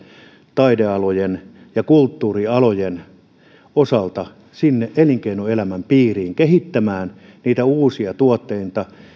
taidealoilta ja kulttuurialoilta sinne elinkeinoelämän piiriin kehittämään niitä uusia tuotteita